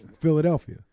Philadelphia